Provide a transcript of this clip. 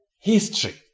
history